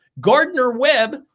Gardner-Webb